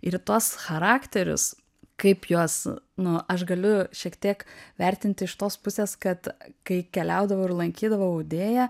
ir į tuos charakterius kaip juos nu aš galiu šiek tiek vertinti iš tos pusės kad kai keliaudavau ir lankydavau audėją